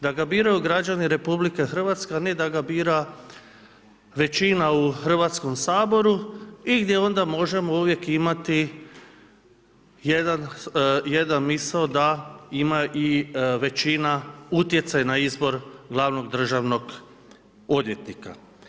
Da ga biraju građani RH a ne da ga bira većina u Hrvatskom saboru i gdje onda možemo uvijek imati jednu misao da ima i većina utjecaj na izbor glavnog državnog odvjetnika.